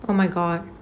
oh my god